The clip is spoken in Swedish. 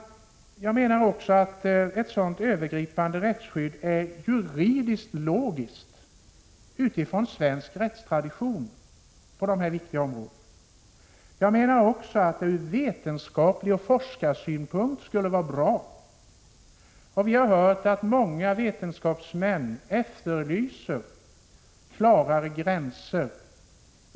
Jag menar också att ett sådant övergripande rättsskydd är logiskt utifrån svensk rättstradition. Jag menar också att det från vetenskaplig synpunkt och från forskarsynpunkt skulle vara bra. Vi har hört att många vetenskapsmän efterlyser klarare gränser.